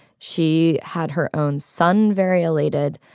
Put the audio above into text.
she had her own son variolated,